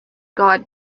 god